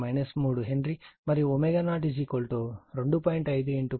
510 3 R2 1